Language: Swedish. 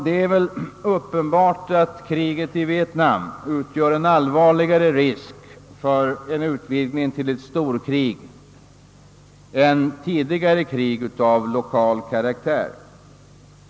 Det är uppenbart att kriget i Vietnam utgör en allvarligare risk för en utvidgning till ett storkrig än tidigare krig av lokal karaktär.